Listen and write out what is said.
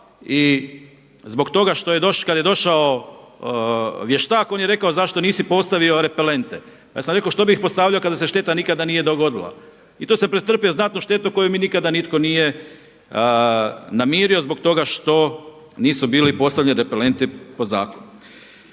i kada je došao vještak on je rekao zašto nisi postavio repelente. Ja sam rekao što bi ih postavljao kada se šteta nikada nije dogodila. I tu sam pretrpio znatnu štetu koju mi nikad nitko nije namirio zbog toga što nisu bili postavljeni repelenti po zakonu.